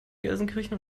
gelsenkirchen